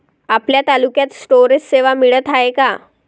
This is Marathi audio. आपल्या तालुक्यात स्टोरेज सेवा मिळत हाये का?